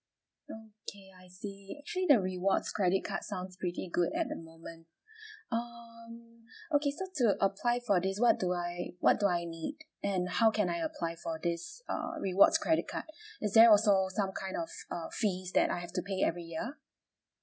okay I see actually the rewards credit card sounds pretty good at the moment um okay so to apply for this what do I what do I need and how can I apply for this err rewards credit card is there also some kind of uh fees that I have to pay every year